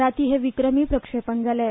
रातीं हें विक्रमी प्रक्षेपण जालें